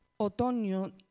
otoño